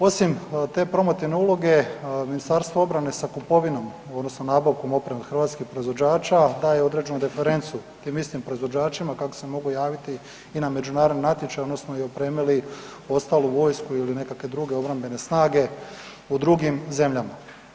Osim te promotivne uloge, Ministarstvo obrane sa kupovinom odnosno nabavkom opreme hrvatskih proizvođača daje određenu referencu tim istim proizvođačima kada se mogu javiti i na međunarodni natječaj odnosno i opremili ostalu vojsku ili nekakve druge obrambene snage u drugim zemljama.